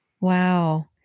Wow